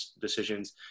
decisions